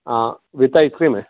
ആ വിത്ത് ഐസ്ക്രീം